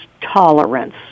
tolerance